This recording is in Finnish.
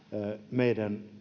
meidän